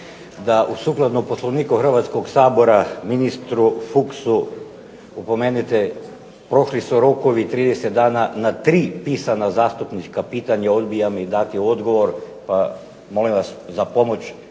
da sukladno Poslovniku Hrvatskog sabora ministru Fuchsu opomenite, prošli su rokovi 30 dana na tri pisana zastupnička pitanja. Odbija mi dati odgovor, pa molim vas za pomoć